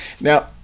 Now